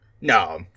no